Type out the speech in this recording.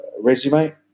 resume